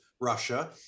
Russia